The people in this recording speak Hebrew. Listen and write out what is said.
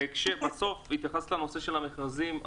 בסוף התייחסת לנושא של המכרזים.